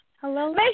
Hello